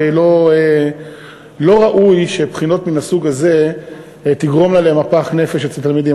ולא ראוי שבחינות מן הסוג הזה תגרומנה מפח נפש אצל תלמידים.